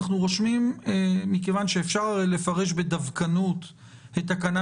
מכיוון שאפשר לפרש בדווקנות את התקנה